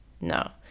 No